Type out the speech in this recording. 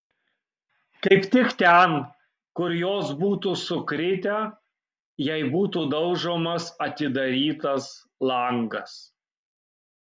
kaip tik ten kur jos būtų sukritę jei būtų daužomas atidarytas langas